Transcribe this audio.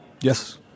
Yes